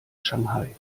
shanghai